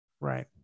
Right